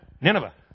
Nineveh